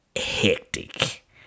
hectic